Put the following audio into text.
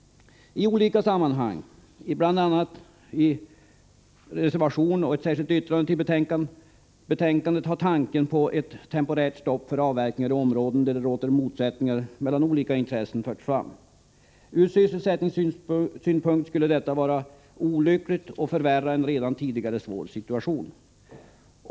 I olika sammanhang, bl.a. i reservationer och särskilda yttranden, har tanken på ett temporärt stopp för avverkningar i områden där det råder motsättningar mellan olika intressen förts fram. Ur sysselsättningssynpunkt skulle detta vara olyckligt och förvärra en redan tidigare svår situation.